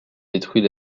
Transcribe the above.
détruit